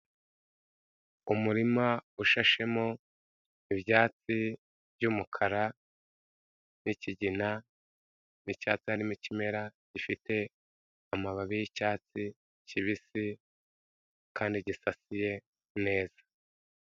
Umurima ushashemo ibyatsi by'umukara n'ikigina mucyatsi ari n'ikimera gifite amababi y'icyatsi kibisi kandi gisasiye neza.